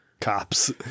cops